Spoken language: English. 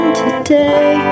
today